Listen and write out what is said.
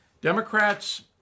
Democrats